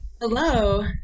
hello